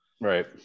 Right